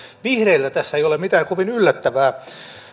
vihreiltä tässä ei ole mitään kovin yllättävää